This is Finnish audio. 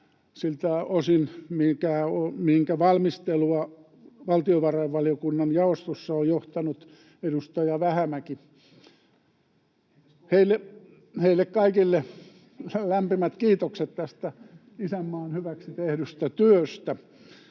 siltä osin, minkä valmistelua valtiovarainvaliokunnan jaostossa on johtanut edustaja Vähämäki. [Johannes Koskinen: Entäs koko valiokunta?] Heille kaikille lämpimät kiitokset tästä isänmaan hyväksi tehdystä työstä.